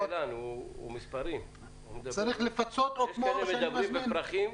----- יש כאלה שמדברים בצרכים,